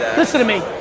listen to me.